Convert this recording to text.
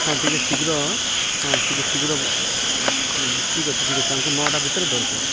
ହଁ ଟିକେ ଶୀଘ୍ର ହଁ ଟିକେ ଶୀଘ୍ର ହଁ ଠିକ୍ ଅଛି ଠିକ୍ ଅଛି ଆମକୁ ନଅଟା ଭିତରେ ଦରକାର